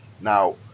now